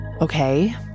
Okay